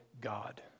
God